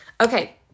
Okay